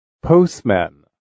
postman